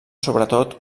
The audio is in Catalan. sobretot